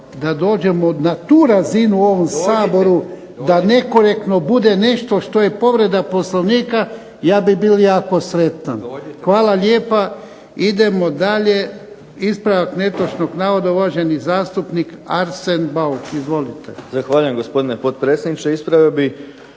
da dođemo na tu razinu u ovom Saboru da nekorektno bude nešto što je povreda Poslovnika ja bi bil jako sretan. Hvala lijepa, idemo dalje. Ispravak netočnog navoda uvaženi zastupnik Arsen Bauk. Izvolite.